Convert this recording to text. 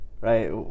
right